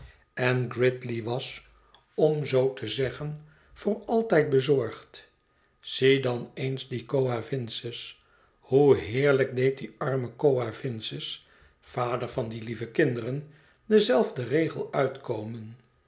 en gridley was om zoo te zeggen voor altijd bezorgd zie dan eens die coavinses hoe heerlijk deed die arme coavinses vader van die lieve kinderen denzelfden regel uitkomen